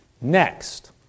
next